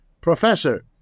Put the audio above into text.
professor